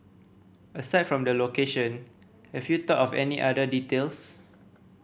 aside from the location have you thought of any other details